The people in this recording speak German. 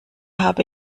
habe